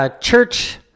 church